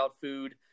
food